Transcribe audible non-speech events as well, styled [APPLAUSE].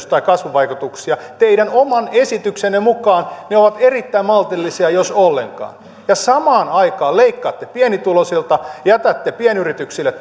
[UNINTELLIGIBLE] tai kasvuvaikutuksia teidän oman esityksenne mukaan ne ovat erittäin maltillisia jos ollenkaan ja samaan aikaan leikkaatte pienituloisilta jätätte pienyrityksille [UNINTELLIGIBLE]